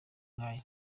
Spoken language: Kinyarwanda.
nk’aya